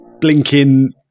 blinking